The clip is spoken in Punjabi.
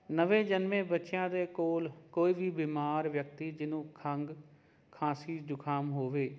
ਨਵੇਂ ਜਨਮੇ ਬੱਚਿਆਂ ਦੇ ਕੋਲ ਕੋਈ ਵੀ ਬਿਮਾਰ ਵਿਅਕਤੀ ਜਿਹਨੂੰ ਖੰਘ ਖਾਂਸੀ ਜੁਖਾਮ ਹੋਵੇ